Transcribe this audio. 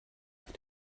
auf